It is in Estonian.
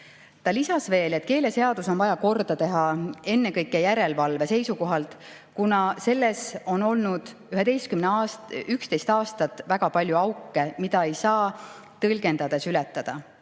Ta lisas veel, et keeleseadus on vaja korda teha ennekõike järelevalve seisukohalt, kuna selles on 11 aastat olnud väga palju auke, mida ei saa tõlgendades ületada.